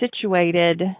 situated